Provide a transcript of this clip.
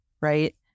right